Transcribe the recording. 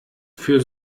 für